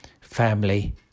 family